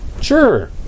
Sure